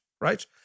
right